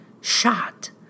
shot